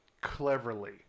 cleverly